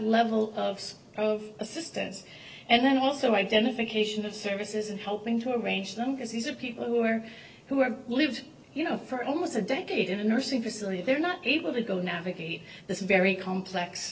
level of assistance and then also identification of services and helping to arrange them because these are people who are who have lived you know for almost a decade in a nursing facility they're not able to go navigate this very complex